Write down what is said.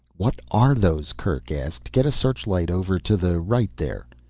what are those? kerk asked. get a searchlight over to the right there.